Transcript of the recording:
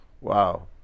Wow